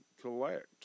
collect